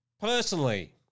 personally